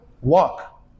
Walk